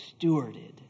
stewarded